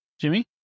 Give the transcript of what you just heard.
Jimmy